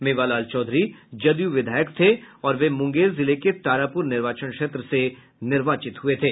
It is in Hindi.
मेवालाल चौधरी जदयू विधायक थे और वे मुंगेर जिले के तारापुर निर्वाचन क्षेत्र से निर्वाचित हुये थे